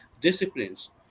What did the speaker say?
disciplines